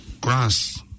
grass